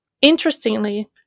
Interestingly